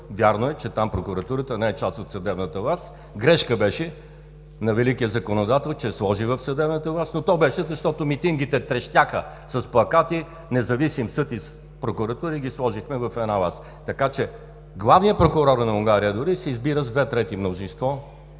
Вярно е, че там прокуратурата не е част от съдебната власт. Грешка беше на великия законодател, че я сложи в съдебната власт, но то беше, защото митингите трещяха с плакати: „Независим съд и прокуратура“ и ги сложихме в една власт. Така че главният прокурор на Унгария дори се избира с две трети мнозинство,